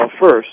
first